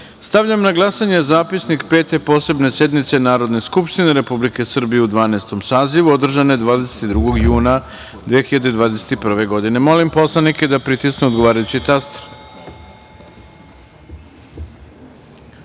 na glasanje zapisnik Pete posebne sednice Narodne skupštine Republike Srbije u Dvanaestom sazivu održane 22. juna 2021. godine. Molim poslanike da pritisnu odgovarajući